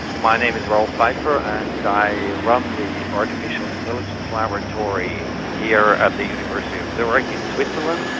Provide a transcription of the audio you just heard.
my name is rolf pfeifer and i run the artificial intelligence laboratory here at the university of zurich in switzerland.